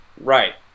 right